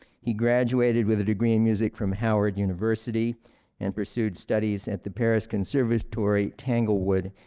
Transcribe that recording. he graduated with a degree in music from howard university and pursued studies at the paris conservatory, tanglewood,